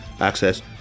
Access